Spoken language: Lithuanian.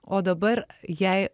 o dabar jai